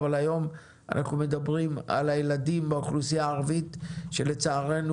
אבל היום אנחנו מדברים על הילדים באוכלוסייה הערבית שלצערנו